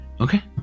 okay